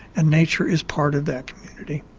and nature is part of that community.